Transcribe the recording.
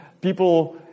people